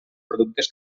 productes